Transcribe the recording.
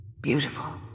Beautiful